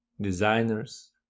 designers